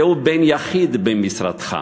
זהו בן יחיד במשרדך.